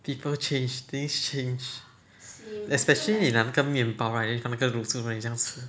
people change things change especially 你拿那个面包 right then 你放那个卤猪 then 你这样吃